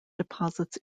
deposits